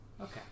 Okay